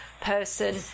person